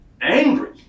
angry